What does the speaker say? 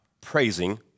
praising